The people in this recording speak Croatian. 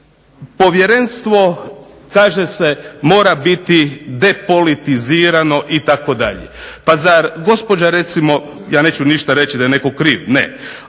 Povjerenstvo kaže se mora biti depolitizirano itd. pa zar gospođa recimo, ja neću reći da je netko kriv, ne,